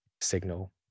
signal